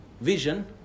vision